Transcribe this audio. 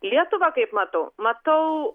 lietuvą kaip matau matau